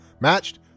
matched